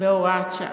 בהוראת שעה.